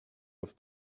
have